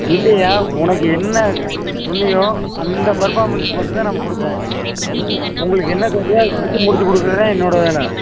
இல்லைய்யா உனக்கு என்ன சொன்னியோ அந்த பர்ஃபார்மென்ஸ் மட்டும் தான் நம்ம கொடுப்போம் உங்களுக்கு என்னத் தேவையோ அதை ஃபுல்லாக முடித்துக் கொடுக்குறது தான் என்னோடய வேலை